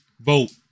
vote